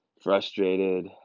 frustrated